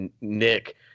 Nick –